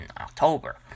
October